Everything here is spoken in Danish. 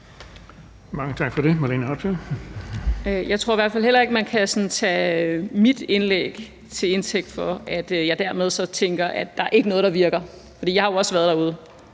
Jeg tror i hvert fald heller ikke, at man kan tage mit indlæg til indtægt for, at jeg så dermed tænker, at der ikke er noget, der virker – for jeg har jo også været derude,